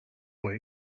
boy